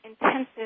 intensive